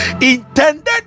intended